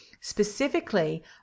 Specifically